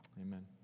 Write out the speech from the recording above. Amen